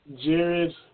Jared